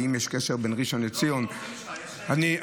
אם יש קשר בין ראשון לציון --- תבדוק עם העוזרים שלך.